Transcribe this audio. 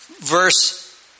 verse